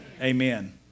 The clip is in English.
Amen